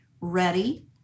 ready